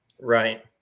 Right